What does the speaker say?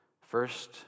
First